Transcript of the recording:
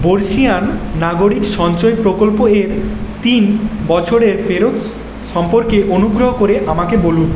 বর্ষীয়ান নাগরিক সঞ্চয় প্রকল্পের তিন বছরের ফেরত সম্পর্কে অনুগ্রহ করে আমাকে বলুন